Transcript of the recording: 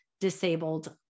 disabled